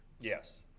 Yes